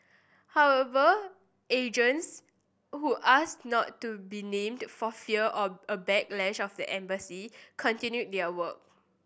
however agents who asked not to be named for fear of a backlash by the embassy continued their work